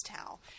towel